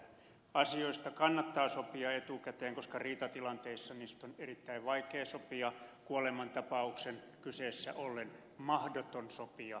asioista kannattaa sopia etukäteen koska riitatilanteissa niistä on erittäin vaikea sopia kuolemantapauksen kyseessä ollen mahdoton sopia jälkikäteen